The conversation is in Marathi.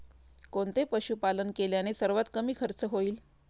कोणते पशुपालन केल्याने सर्वात कमी खर्च होईल?